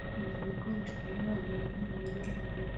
zikunda gukoreshwa n'abantu bari mu mirire mibi.